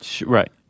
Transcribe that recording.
Right